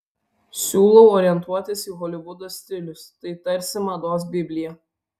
siūlau orientuotis į holivudo stilius tai tarsi mados biblija